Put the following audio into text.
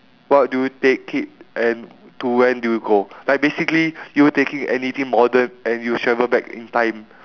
what do you take it and to when do you go like basically you taking anything modern and you travel back in time